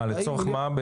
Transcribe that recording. מה, לצורך מה?